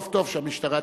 טוב, טוב שהמשטרה תתערב,